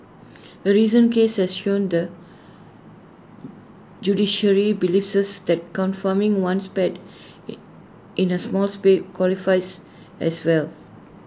A recent case has shown the judiciary believes that confining one's pet in A small place qualifies as well